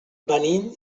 venim